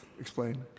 Explain